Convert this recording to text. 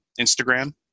Instagram